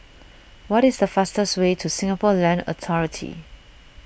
what is the fastest way to Singapore Land Authority